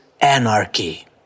anarchy